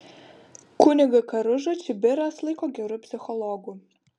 kunigą karužą čibiras laiko geru psichologu